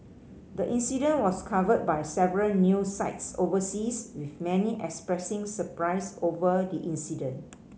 the incident was covered by several news sites overseas with many expressing surprise over the incident